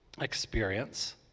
experience